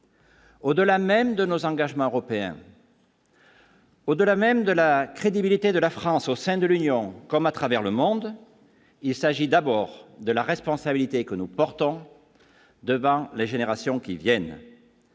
Au-delà même de nos engagements européens. Au-delà même de la crédibilité de la France au sein de l'Union, comme à travers le monde, il s'agit d'abord de la responsabilité que nous portons devant les générations qui viennent.